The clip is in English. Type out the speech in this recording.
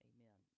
Amen